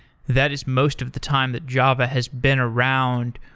that is most of the time that java has been around.